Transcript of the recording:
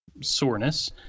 soreness